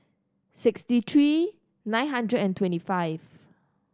sixty three nine hundred and twenty five